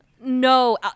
No